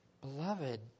Beloved